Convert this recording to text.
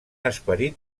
esperit